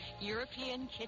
European